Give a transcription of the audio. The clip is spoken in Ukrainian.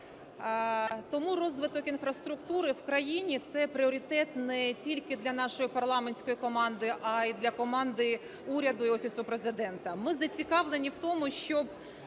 Тому розвиток інфраструктури в країні – це пріоритет не тільки для нашої парламентської команди, а і для команди уряду і Офісу Президента. Ми зацікавлені в тому, щоб